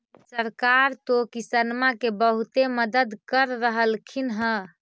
सरकार तो किसानमा के बहुते मदद कर रहल्खिन ह?